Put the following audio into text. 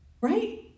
Right